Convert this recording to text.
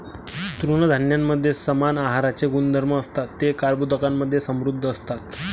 तृणधान्यांमध्ये समान आहाराचे गुणधर्म असतात, ते कर्बोदकांमधे समृद्ध असतात